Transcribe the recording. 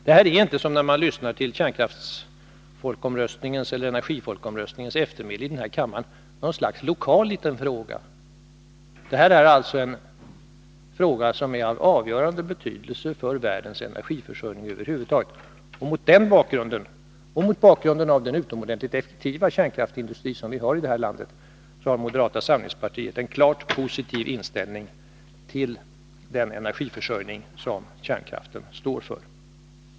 Det här är inte, som man skulle tro när man lyssnar till kärnkraftsfolkomröstningens eftermäle i den här kammaren, något slags lokal liten fråga. Det här är en fråga som är av avgörande betydelse för världens energiförsörjning över huvud taget. Mot den bakgrunden och mot bakgrund av den utomordentligt effektiva kärnkraftsindustri som vi har i det här landet har moderata samlingspartiet en klart positiv inställning till den energiförsörjning som kärnkraften står för.